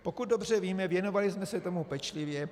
Pokud dobře víme, věnovali jsme se tomu pečlivě.